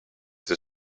the